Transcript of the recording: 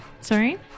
sorry